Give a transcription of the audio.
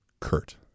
Kurt